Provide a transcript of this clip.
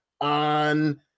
on